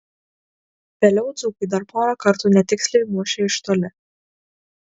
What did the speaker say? vėliau dzūkai dar porą kartų netiksliai mušė iš toli